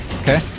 Okay